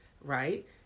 right